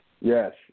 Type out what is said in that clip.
Yes